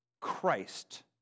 Christ